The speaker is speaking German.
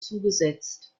zugesetzt